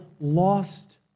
lost